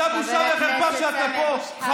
אתה בושה וחרפה שאתה פה.